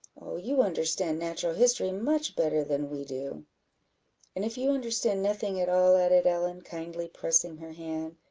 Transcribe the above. oh, you understand natural history much better than we do. and if you understand nothing at all, added ellen, kindly pressing her hand,